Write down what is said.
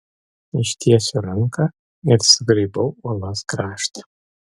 ištiesiu ranką ir sugraibau uolos kraštą